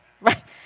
right